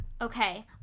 Okay